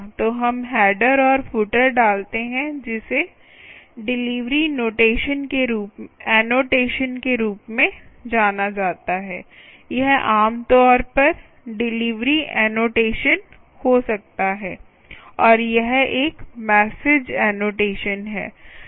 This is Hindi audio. तो हम हेडर और फूटर डालते हैं जिसे डिलीवरी एनोटेशन के रूप में जाना जाता है यह आमतौर पर डिलीवरी एनोटेशन हो सकता है और यह एक मैसेज एनोटेशन है